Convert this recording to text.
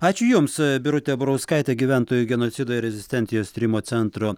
ačiū jums birutė burauskaitė gyventojų genocido ir rezistencijos tyrimo centro